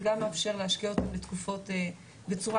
זה גם מאפשר להשקיע אותם לתקופות בצורה